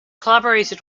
collaborated